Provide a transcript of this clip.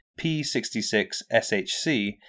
P66SHC